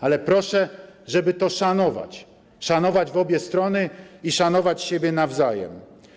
Ale proszę, żeby to szanować, szanować w obie strony i szanować siebie nawzajem.